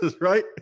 right